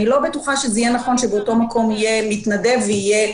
אני לא בטוחה שיהיה נכון שבאותו מקום יהיה מתנדב ויהיה